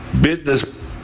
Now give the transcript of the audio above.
business